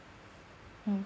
mm